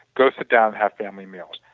go sit down, have family meals.